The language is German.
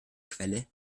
quelle